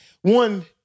One